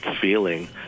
feeling